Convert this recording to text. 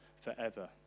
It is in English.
forever